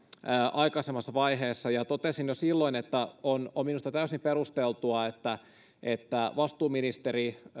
aikaisemmassa vaiheessa ja totesin jo silloin että on minusta täysin perusteltua että vastuuministeri